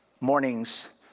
morning's